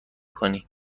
کنی